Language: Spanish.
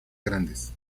grandes